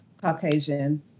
Caucasian